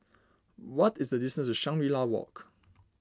what is the distance to Shangri La Walk